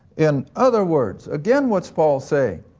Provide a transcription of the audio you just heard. in other words, again whats paul saying?